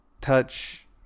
touch